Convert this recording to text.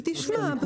היא תשמע.